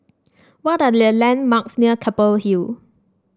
what are the landmarks near Keppel Hill